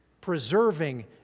preserving